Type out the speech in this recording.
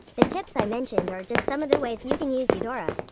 the tips i mentioned are just some of the ways you can use eudora.